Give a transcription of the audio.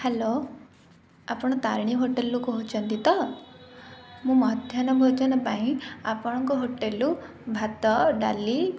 hello ଆପଣ ତାରିଣୀ ହୋଟେଲରୁ କହୁଛନ୍ତି ତ ମୁଁ ମଧ୍ୟାହ୍ନ ଭୋଜନ ପାଇଁ ଆପଣଙ୍କ ହୋଟେଲରୁ ଭାତ ଡାଲି